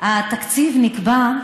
התקציב נקבע,